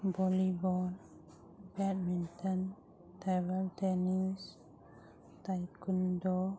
volleyball badminton table tennis taekwondo